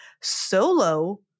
solo